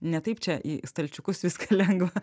ne taip čia į stalčiukus viską lengva